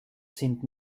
sind